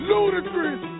Ludicrous